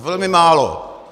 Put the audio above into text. Velmi málo.